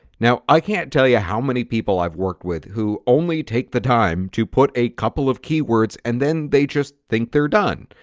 now i can't tell you how many people i have worked with who only take the time to put a couple of keywords and then they just think they are done.